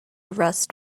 rust